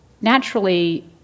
Naturally